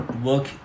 Look